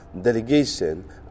delegation